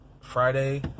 Friday